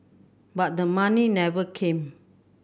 but the money never came